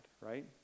right